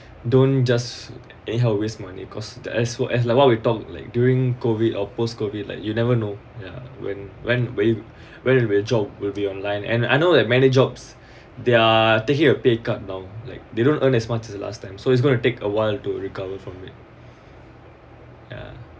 don't just anyhow waste money cause the as for as like what we talk like during COVID or post COVID like you never know yeah when when when when where job will be on line and I know that many jobs they're taking a pay cut now like they don't earn as much as the last time so it's gonna take a while to recover from it ya